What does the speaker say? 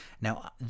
now